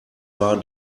war